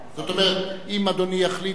זאת אומרת, אם אדוני יחליט באיזשהו,